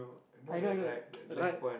I know I know right